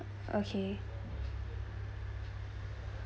okay